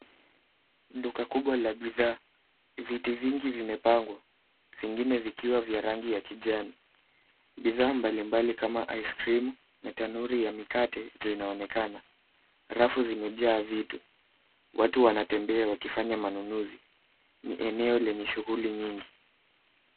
Duka kubwa la bidhaa. Viti vingi vimepangwa vingine vikiwa vya rangi ya kijani . Bidhaa mbalimbali kama ice cream na tanuri ya mikate zinaonekana. Rafu zimejaa vitu. Watu wanatembea wakifanya manunuzi. Ni eneo lenye shughuli nyingi.